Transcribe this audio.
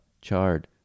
chard